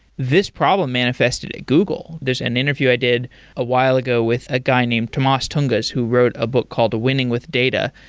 this problem manifested at google. there's an interview i did a while ago with a guy named tomasz tunguz, who wrote a book called winning with data.